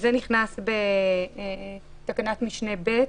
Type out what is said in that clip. זה נכנס בתקנת משנה (ב).